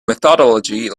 methodology